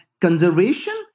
conservation